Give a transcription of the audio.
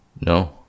No